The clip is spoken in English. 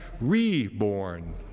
reborn